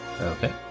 Okay